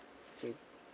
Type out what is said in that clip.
okay